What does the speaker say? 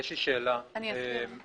יש לי שאלה גם